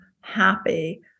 happy